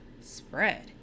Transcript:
spread